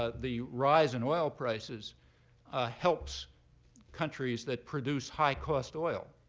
ah the rise in oil prices helps countries that produce high-cost oil.